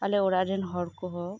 ᱟᱞᱮ ᱚᱲᱟᱜ ᱨᱮᱱ ᱦᱚᱲ ᱠᱚᱦᱚᱸ